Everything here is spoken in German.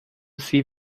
sie